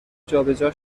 جابجا